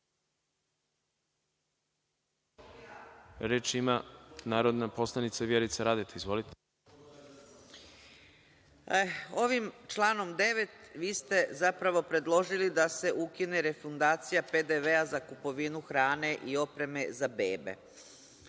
Reč ima narodni poslanik Vjerica Radeta. **Vjerica Radeta** Ovim članom 9. vi ste zapravo predložili da se ukine refundacija PDV-a za kupovinu hrane i opreme za bebe. Ovo